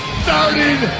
starting